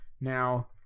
Now